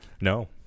No